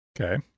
Okay